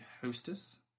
hostess